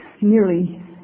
nearly